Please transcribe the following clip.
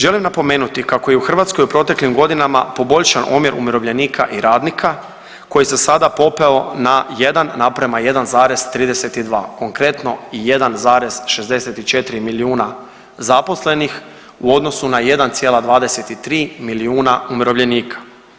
Želim napomenuti kako je u Hrvatskoj u proteklim godinama poboljšan omjer umirovljenika i radnika koji se sada popeo na 1:1,32 konkretno 1,64 milijuna zaposlenih u odnosu na 1,23 milijuna umirovljenika.